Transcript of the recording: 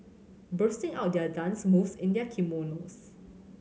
busting out their dance moves in their kimonos